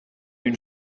une